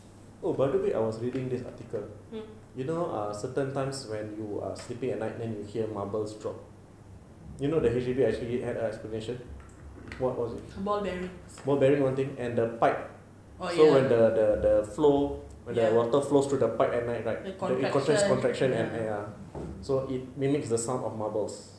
oh by the way I was reading this article you know certain times when you are sleeping at night then you hear marbles drop you know that H_D_B actually had an explanation what was it ballbearings one thing and the pipe so when the the the flow the water flows through the pipe at night right it causes contraction and like ya so it mimics the sound of marbles